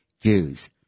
Jews